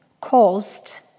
caused